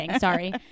Sorry